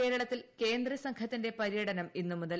കേരളത്തിൽ കേന്ദ്രസംഘത്തിന്റെ പരൃടനം ഇന്നു മുതൽ